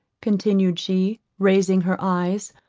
continued she, raising her eyes,